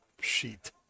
sheet